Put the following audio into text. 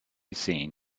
seen